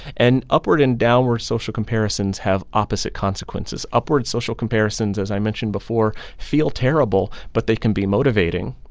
and upward and downward social comparisons have opposite consequences. upward social comparisons, as i mentioned before, feel terrible, but they can be motivating.